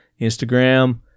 Instagram